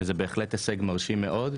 זה בהחלט הישג מרשים מאוד,